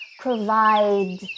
provide